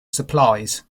supplies